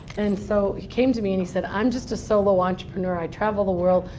and so he came to me and he said i'm just a solo entrepreneur. i travel the world,